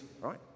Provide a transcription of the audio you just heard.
right